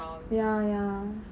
ya ya